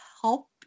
help